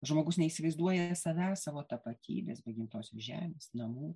žmogus neįsivaizduoja savęs savo tapatybės be gimtosios žemės namų